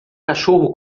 cachorro